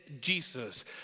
Jesus